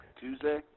Tuesday